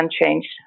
unchanged